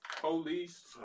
police